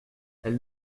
elle